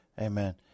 Amen